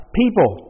people